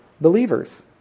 believers